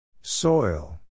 Soil